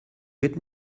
wird